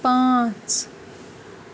پانٛژھ